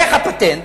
איך הפטנט?